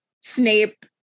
Snape